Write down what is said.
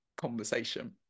conversation